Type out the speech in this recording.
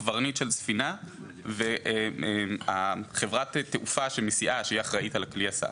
קברניט של ספינה וחברת התעופה שהיא אחראית על כלי ההסעה.